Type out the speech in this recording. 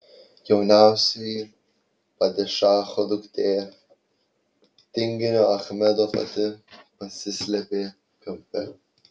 jauniausioji padišacho duktė tinginio achmedo pati pasislėpė kampe